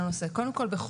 קודם כל,